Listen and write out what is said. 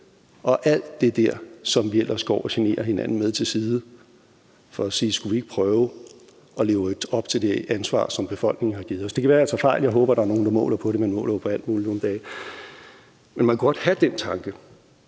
og alt det der, som vi ellers går og generer hinanden med, til side for i stedet at spørge: Skulle vi ikke prøve at leve op til det ansvar, som befolkningen har givet os? Det kan være, jeg tager fejl. Jeg håber, at der er nogle, der måler på det; man måler jo på alt muligt nu om dage. Men man kunne godt få den tanke,